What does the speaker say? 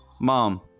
Mom